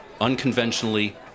unconventionally